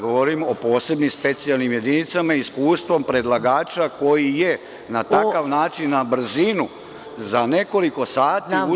Govorim o posebnim specijalnim jedinicama i iskustvu predlagača koji je na takav način na brzinu, za nekoliko sati…